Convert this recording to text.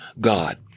God